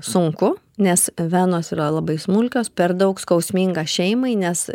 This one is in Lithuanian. sunku nes venos yra labai smulkios per daug skausminga šeimai nes